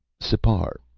sipar.